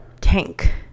tank